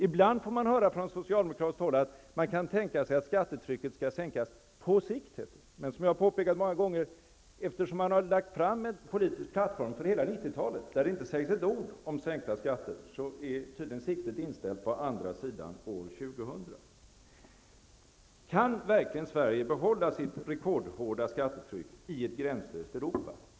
Ibland får vi från socialdemokratiskt håll höra att man kan tänka sig att sänka skattetrycket på sikt. Men som jag många gånger har påpekat: Eftersom man har lagt fram en politisk plattform för hela 90 talet där det inte sägs ett ord om sänkta skatter är siktet tydligen inställt på andra sidan år 2000. Kan Sverige verkligen behålla sitt rekordhårda skattetryck i ett gränslöst Europa?